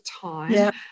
time